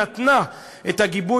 נתנה את הגיבוי,